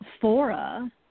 fora